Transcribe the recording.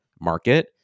market